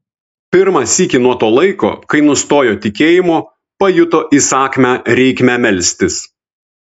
pirmą sykį nuo to laiko kai nustojo tikėjimo pajuto įsakmią reikmę melstis